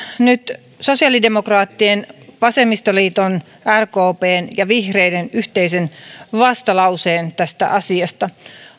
nyt sosiaalidemokraattien vasemmistoliiton rkpn ja vihreiden yhteisen vastalauseen tästä asiasta